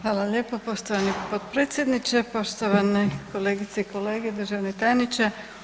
Hvala lijepo poštovani potpredsjedniče, poštovane kolegice i kolege, državni tajniče.